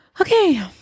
okay